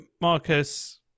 Marcus